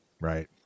Right